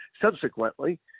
Subsequently